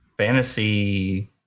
Fantasy